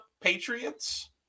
Patriots